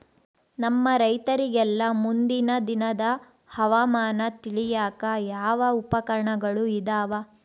ನಮ್ಮ ರೈತರಿಗೆಲ್ಲಾ ಮುಂದಿನ ದಿನದ ಹವಾಮಾನ ತಿಳಿಯಾಕ ಯಾವ ಉಪಕರಣಗಳು ಇದಾವ?